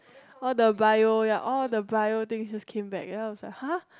all the Bio ya all the Bio thing just came back then I was like !huh!